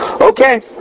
Okay